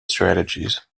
strategies